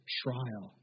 trial